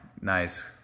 Nice